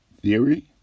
theory